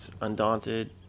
Undaunted